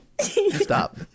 stop